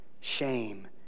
shame